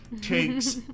takes